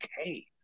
okay